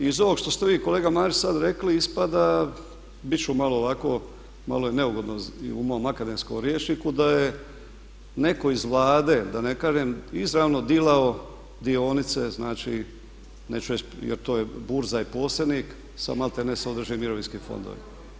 Iz ovog što ste vi kolega Marić sada rekli, ispada, bit ću malo ovako, malo je neugodno i u mom akademskom rječniku da je netko iz Vlade da ne kažem izravno dilao dionice neću reći jer to burza je posrednik sa maltene određenim mirovinskim fondovima.